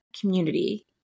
community